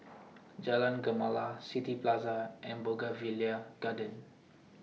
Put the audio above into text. Jalan Gemala City Plaza and Bougainvillea Garden